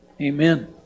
Amen